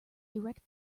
erect